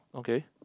okay